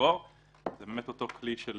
הסנגור זה אותו כלי של